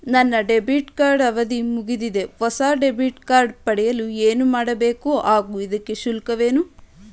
ನನ್ನ debit card ಅವಧಿ ಮುಗಿದಿದೆ ಹೊಸ ಡೆಬಿಟ್ ಕಾರ್ಡ್ ಪಡೆಯಲು ಏನು ಮಾಡಬೇಕು ಹಾಗೂ ಇದಕ್ಕೆ ಶುಲ್ಕವೇನು?